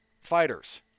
fighters